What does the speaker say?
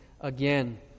again